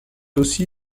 aussi